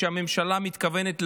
שהממשלה מתכוונת להגיש.